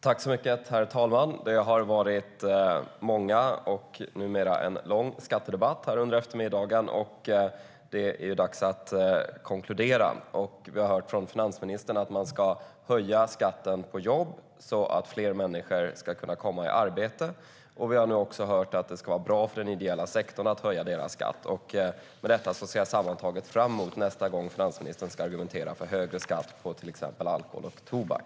Herr talman! Det har varit många inlägg och en lång skattedebatt här under eftermiddagen. Det är nu dags att konkludera. Vi har hört från finansministern att man ska höja skatten på jobb så att fler människor ska kunna komma i arbete. Vi har nu också hört att det ska vara bra för den ideella sektorn att höja dess skatt. Med detta ser jag sammantaget fram emot nästa gång finansministern ska argumentera för högre skatt på till exempel alkohol och tobak.